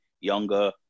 younger